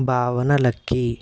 భావన లక్కీ